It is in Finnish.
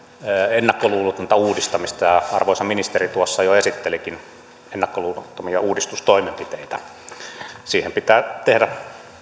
ennakkoluulotonta uudistamista ja ja arvoisa ministeri tuossa jo esittelikin ennakkoluulottomia uudistustoimenpiteitä uudistuksia pitää tehdä